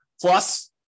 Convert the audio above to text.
Plus